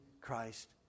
Christ